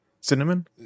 cinnamon